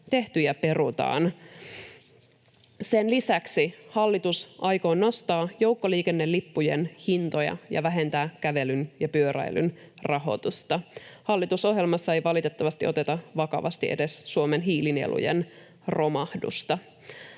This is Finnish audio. tehtyjä perutaan. Sen lisäksi hallitus aikoo nostaa joukkoliikennelippujen hintoja ja vähentää kävelyn ja pyöräilyn rahoitusta. Hallitusohjelmassa ei valitettavasti oteta vakavasti edes Suomen hiilinielujen romahdusta.